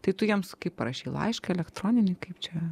tai tu jiems kaip parašei laišką elektroninį kaip čia